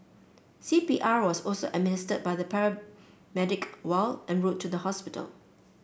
C P R was also administered by the paramedic while en route to the hospital